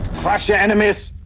crush your enemies.